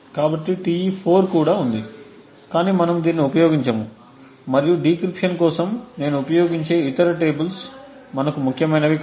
కాబట్టి Te4 కూడా ఉంది కాని మనము దీనిని ఉపయోగించము మరియు డీక్రిప్షన్ కోసం నేను ఉపయోగించే ఇతర టేబుల్స్ మనకు ముఖ్యమైనవి కావు